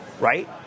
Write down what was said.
Right